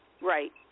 Right